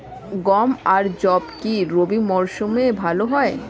গম আর যব কি রবি মরশুমে ভালো হয়?